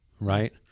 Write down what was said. right